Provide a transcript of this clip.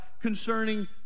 concerning